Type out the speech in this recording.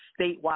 statewide